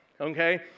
okay